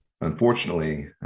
Unfortunately